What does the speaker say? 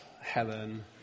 Helen